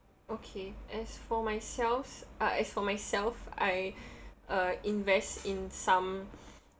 okay as for myself uh as for myself I invest in some